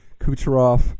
Kucherov